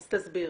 אז תסביר.